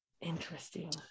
interesting